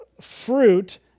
fruit